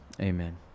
Amen